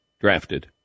drafted